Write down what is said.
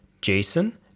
jason